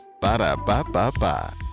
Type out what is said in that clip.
Ba-da-ba-ba-ba